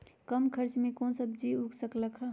कम खर्च मे कौन सब्जी उग सकल ह?